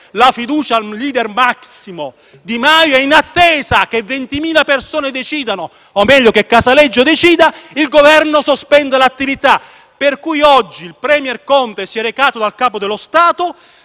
la fiducia al *lider máximo* Di Maio e in attesa che 20.000 persone decidano - o meglio che Casaleggio decida - il Governo sospende le attività. Per cui oggi il *premier* Conte si è recato dal Capo dello Stato,